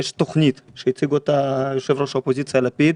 יש תוכנית אותה הציג יושב-ראש האופוזיציה לפיד.